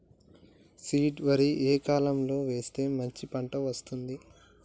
Seed వరి ఏ కాలం లో వేస్తే మంచి పంట వస్తది?